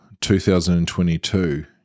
2022